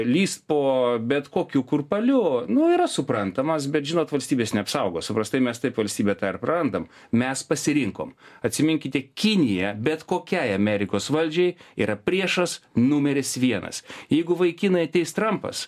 lįst po bet kokiu kurpaliu nu yra suprantamas bet žinot valstybės neapsaugos prastai mes taip valstybę tą ir prarandam mes pasirinkom atsiminkite kinija bet kokiai amerikos valdžiai yra priešas numeris vienas jeigu vaikinai ateis trampas